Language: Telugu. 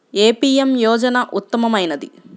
ఏ పీ.ఎం యోజన ఉత్తమమైనది?